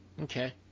Okay